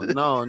no